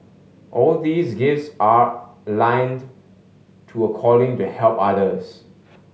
all these gifts are aligned to a calling to help others